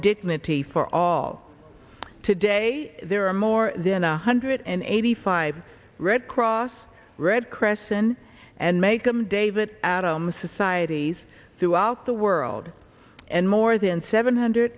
dignity for all today there are more than a hundred and eighty five red cross red crescent and macomb david adams societies throughout the world and more than seven hundred